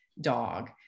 dog